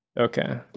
Okay